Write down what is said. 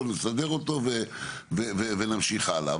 נסדר אותו ונמשיך הלאה.